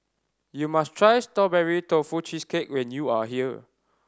you must try Strawberry Tofu Cheesecake when you are here